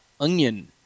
onion